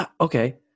okay